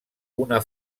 una